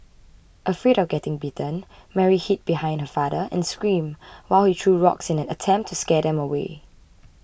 afraid of getting bitten Mary hid behind her father and screamed while he threw rocks in an attempt to scare them away